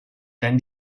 than